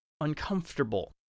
uncomfortable